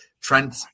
Trent